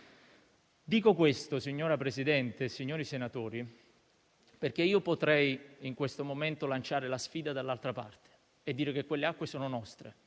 Dico questo, signor Presidente e signori senatori, perché in questo momento potrei lanciare la sfida dall'altra parte e dire che quelle acque sono nostre,